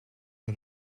met